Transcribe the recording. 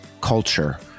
culture